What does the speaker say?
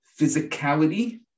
physicality